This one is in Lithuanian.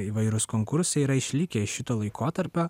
įvairūs konkursai yra išlikę iš šito laikotarpio